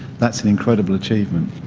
that's an incredible achievement.